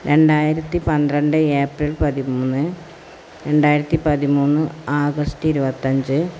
രണ്ടായിരത്തി പന്ത്രണ്ട് ഏപ്രിൽ പതിമൂന്ന് രണ്ടായിരത്തി പതിമൂന്ന് ആഗസ്റ്റ് ഇരുപത്തഞ്ച്